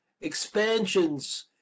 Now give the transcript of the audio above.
expansions